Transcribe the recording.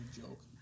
Joke